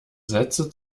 sätze